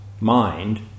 mind